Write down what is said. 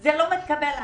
זה לא מתקבל על הדעת.